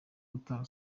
gutanga